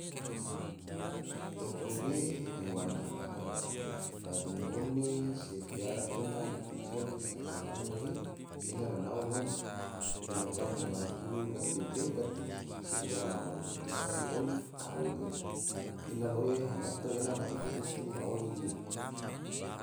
Toko ge, haiwan haga-haga dadi ngone se piara ena mote kene sodo lamo ge, ena na nao ngone, ena tagi ma gulu gatebe bato, se ena ma madihutu gahi i karo ge, ena loya hanyato ma madihutu ma oli ge